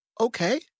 Okay